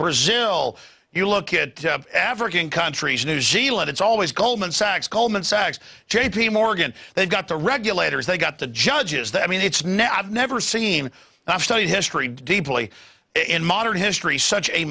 brazil you look at african countries new zealand it's always goldman sachs goldman sachs j p morgan they've got the regulators they've got the judges that i mean it's now i've never seen and i've studied history deeply in modern history such a